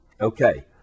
Okay